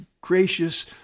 gracious